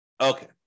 Okay